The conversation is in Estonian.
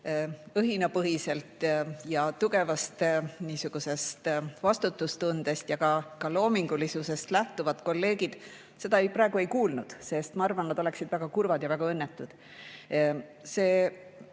õhinapõhiselt ja tugevast vastutustundest [tegevad] ja ka loomingulisusest lähtuvad kolleegid seda praegu ei kuulnud. Ma arvan, et nad oleksid väga kurvad ja väga õnnetud.